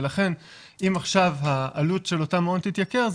ולכן אם עכשיו העלות של אותם מעונות תתייקר,